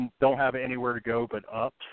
don't-have-anywhere-to-go-but-up